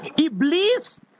Iblis